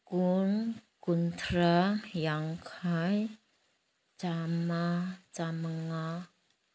ꯀꯨꯟ ꯀꯨꯟꯊ꯭ꯔꯥ ꯌꯥꯡꯈꯩ ꯆꯥꯝꯃ ꯆꯥꯝꯃꯉꯥ